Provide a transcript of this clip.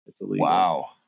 Wow